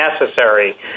necessary